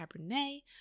Cabernet